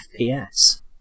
FPS